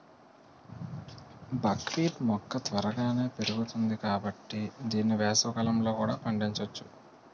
బక్ wheat మొక్క త్వరగానే పెరుగుతుంది కాబట్టి దీన్ని వేసవికాలంలో కూడా పండించొచ్చు